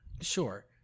Sure